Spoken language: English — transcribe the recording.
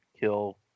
kill